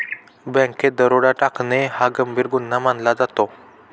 बँकेत दरोडा टाकणे हा गंभीर गुन्हा मानला जातो